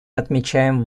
отмечаем